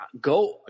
go